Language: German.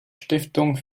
stiftung